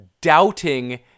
doubting